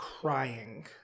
crying